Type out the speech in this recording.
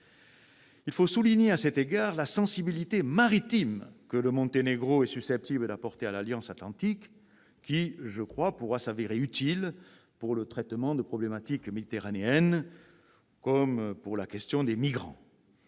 Il faut souligner à cet égard la sensibilité maritime que le Monténégro est susceptible d'apporter à l'Alliance atlantique, qui pourrait s'avérer utile pour le traitement des problématiques méditerranéennes, comme la question des migrants.